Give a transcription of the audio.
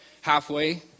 halfway